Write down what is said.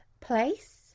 place